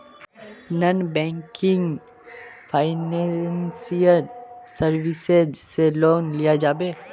Non banking financial services से loan लिया जाबे?